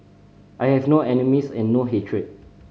I have no enemies and no hatred